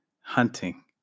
hunting